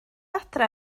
adre